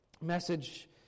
message